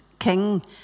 King